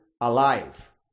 alive